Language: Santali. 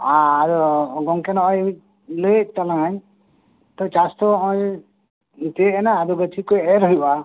ᱟᱫᱚ ᱜᱚᱢᱠᱮ ᱱᱚᱜᱚᱭ ᱞᱟᱹᱭᱮᱫ ᱛᱟᱞᱟᱝ ᱤᱧ ᱪᱟᱥᱛᱚ ᱱᱚᱜᱚᱭ ᱛᱤᱭᱳᱜ ᱮᱱᱟ ᱟᱫᱚ ᱜᱟᱪᱷᱤ ᱠᱚ ᱮᱨ ᱦᱩᱭᱩᱜᱼᱟ